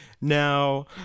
Now